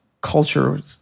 culture